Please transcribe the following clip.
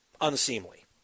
unseemly